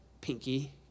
pinky